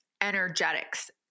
energetics